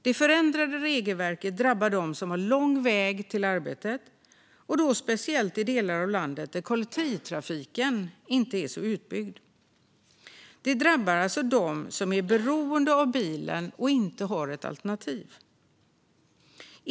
Det förändrade regelverket drabbar dem som har lång väg till arbetet, och då speciellt i delar av landet där kollektivtrafiken inte är särskilt utbyggd. Det drabbar alltså dem som är beroende av bilen och inte har något alternativ.